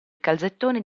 calzettoni